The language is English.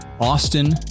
Austin